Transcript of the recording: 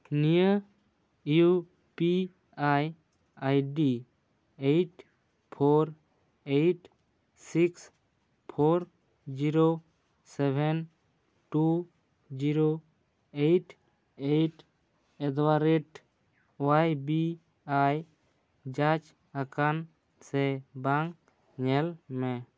ᱱᱤᱭᱟᱹ U P I I D eight four eight six four zero seven two zero eight eight at the rate ᱚᱭᱟᱭ B L ᱡᱟᱸᱪ ᱟᱠᱟᱱᱟ ᱥᱮ ᱵᱟᱝ ᱧᱮᱞᱢᱮ